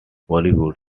bollywood